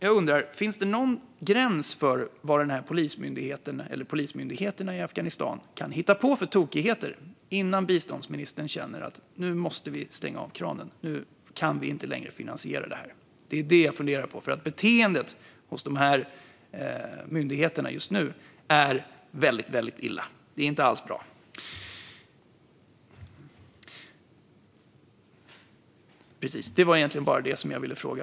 Jag undrar: Finns det någon gräns för vad polismyndigheterna i Afghanistan kan hitta på för tokigheter innan biståndsministern känner att vi måste stänga av kranen och inte längre kan finansiera det här? Det är det jag funderar på. Beteendet hos de här myndigheterna är just nu väldigt illa. Det är inte alls bra. Det var egentligen bara det jag ville fråga.